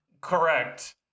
correct